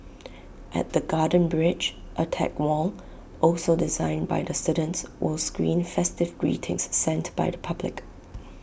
at the garden bridge A tech wall also designed by the students was screen festive greetings sent by the public